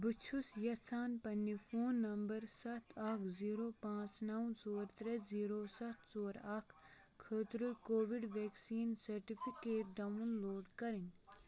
بہٕ چھُس یژھان پننہِ فون نمبر سَتھ اکھ زیٖرو پانٛژھ نَو ژور ترٛےٚ زیٖرو سَتھ ژور اکھ خٲطرٕ covid vaccine certificate download کَرٕنۍ